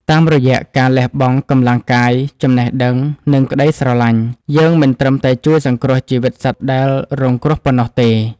តាមរយៈការលះបង់កម្លាំងកាយ ចំណេះដឹង និងក្តីស្រឡាញ់ យើងមិនត្រឹមតែជួយសង្គ្រោះជីវិតសត្វដែលរងគ្រោះប៉ុណ្ណោះទេ។